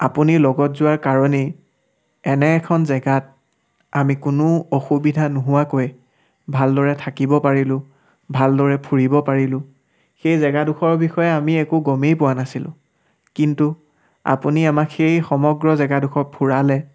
আপুনি লগত যোৱা কাৰণেই এনে এখন জেগাত আমি কোনো অসুবিধা নোহোৱাকৈ ভালদৰে থাকিব পাৰিলোঁ ভালদৰে ফুৰিব পাৰিলোঁ সেই জেগাডোখৰৰ বিষয়ে আমি একো গমেই পোৱা নাছিলোঁ কিন্তু আপুনি আমাক সেই সমগ্ৰ জেগাডোখৰ ফুৰালে